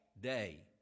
day